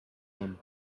aim